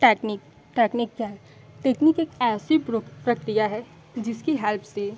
technique technique क्या है technique एक ऐसी प्रक्रिया है जिसकी हेल्प से